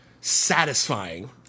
satisfying